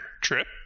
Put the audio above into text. Trip